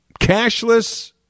Cashless